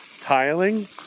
tiling